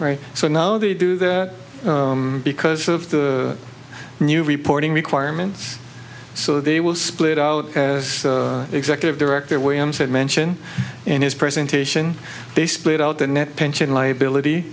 right so now they do that because of the new reporting requirements so they will split out as executive director william said mention in his presentation they split out the net pension liability